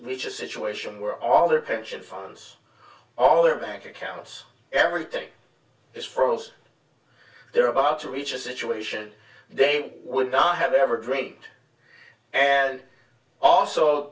reach a situation where all their pension funds all their bank accounts everything is frozen they're about to reach a situation they would not have ever dreamed and also